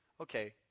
Okay